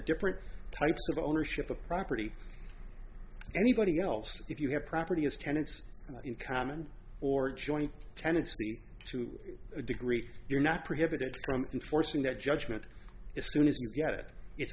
different types of ownership of property anybody else if you have property as tenants in common or joint tenancy to a degree you're not prohibited from enforcing that judgment as soon as you get it it's